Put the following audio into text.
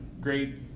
great